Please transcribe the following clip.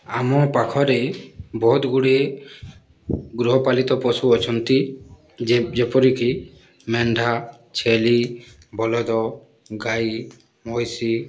ଆମ ପାଖରେ ବହୁତଗୁଡ଼ିଏ ଗୃହପାଳିତ ପଶୁ ଅଛନ୍ତି ଯେ ଯେପରିକି ମେଣ୍ଢା ଛେଳି ବଳଦ ଗାଈ ମଇଁଷି